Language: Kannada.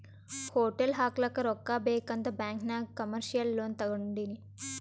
ಹೋಟೆಲ್ ಹಾಕ್ಲಕ್ ರೊಕ್ಕಾ ಬೇಕ್ ಅಂತ್ ಬ್ಯಾಂಕ್ ನಾಗ್ ಕಮರ್ಶಿಯಲ್ ಲೋನ್ ತೊಂಡಿನಿ